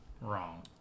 wrong